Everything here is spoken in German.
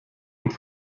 und